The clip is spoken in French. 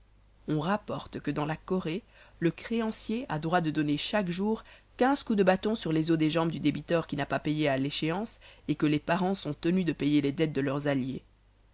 on rapporte que dans la corée le créancier a droit de donner chaque jour quinze coups de bâton sur les os des jambes du débiteur qui n'a pas payé à l'échéance et que les parens sont tenus de payer les dettes de leurs alliés